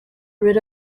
rid